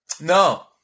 No